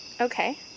Okay